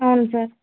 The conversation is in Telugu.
అవును సార్